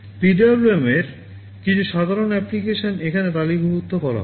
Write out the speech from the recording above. PWM এর কিছু সাধারণ অ্যাপ্লিকেশন এখানে তালিকাভুক্ত করা হল